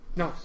no